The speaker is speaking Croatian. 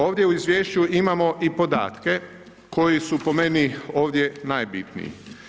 Ovdje u Izvješću imamo i podatke koji su po meni ovdje najbitniji.